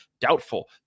doubtful